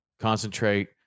concentrate